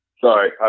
Sorry